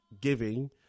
giving